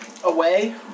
away